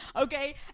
okay